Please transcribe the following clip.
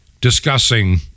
discussing